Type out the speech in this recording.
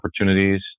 opportunities